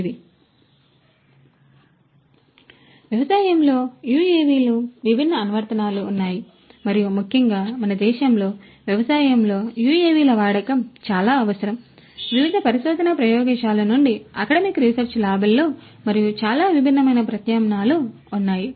కాబట్టి వ్యవసాయంలో యుఎవిలు విభిన్న అనువర్తనాలు ఉన్నాయి మరియు ముఖ్యంగా మన దేశంలో వ్యవసాయంలో యుఎవిల వాడకం చాలా అవసరం చాలా అవసరం వివిధ పరిశోధనా ప్రయోగశాలల నుండి అకాడెమిక్ రీసెర్చ్ ల్యాబ్లలో మరియు చాలా భిన్నమైన ప్రయత్నాలు ఉన్నాయి